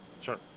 Sure